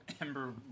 Ember